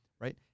right